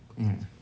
mm